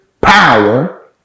power